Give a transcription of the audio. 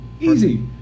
easy